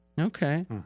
Okay